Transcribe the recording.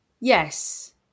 Yes